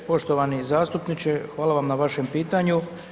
Poštovani zastupniče, hvala vam na vašem pitanju.